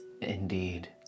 Indeed